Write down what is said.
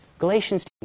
Galatians